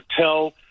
tell